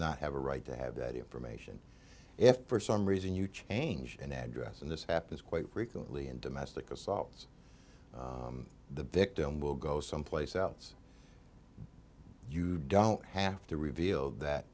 not have a right to have that information if for some reason you change an address and this happens quite frequently in domestic assaults the victim will go someplace outs you don't have to reveal that